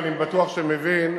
ואני בטוח שמבין,